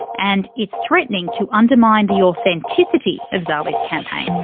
and it's threatening to undermine the authenticity of zali's campaign.